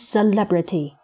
Celebrity